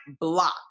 block